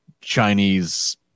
Chinese